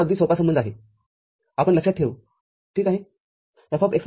हा अगदी सोपा संबंध आहे आपण लक्षात ठेवू ठीक आहे